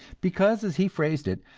because, as he phrased it,